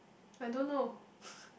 I don't know